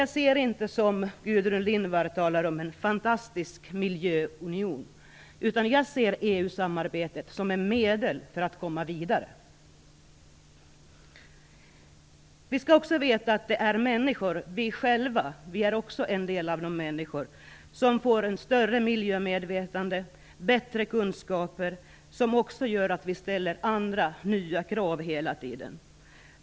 Gudrun Lindvall talar ironiskt om en "fantastisk miljöunion". Jag ser det inte så, utan jag ser miljösamarbetet som ett medel för att komma vidare. Vi skall också veta att vi själva är en del av de människor som får ett större miljömedvetande och bättre kunskaper och därför ställer andra, nya krav hela tiden.